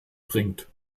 bringt